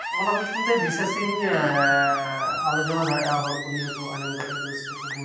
ᱚᱱᱟ ᱠᱚ ᱧᱩᱛᱩᱢ ᱛᱮ ᱵᱤᱥᱥᱟᱹᱥᱟᱹᱧ ᱟᱞᱳᱪᱚᱱᱟ ᱫᱟᱲᱮᱭᱟᱜᱼᱟ ᱦᱚᱲ ᱠᱚ ᱱᱤᱭᱟᱹ ᱠᱚ ᱟᱸᱡᱚᱢ ᱠᱟᱛᱮ ᱟᱹᱰᱤ ᱨᱟᱹᱥᱠᱟᱹ ᱠᱚ ᱵᱩᱡᱽ